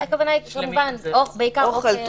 הכוונה היא בעיקר, אוכל, וכדומה.